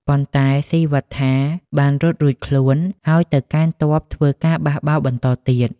ប៉ុន្តែ ស៊ីវត្ថាបានរត់រួចខ្លួន ហើយទៅកេណ្ឌទ័ពធ្វើការបះបោរបន្តទៀត។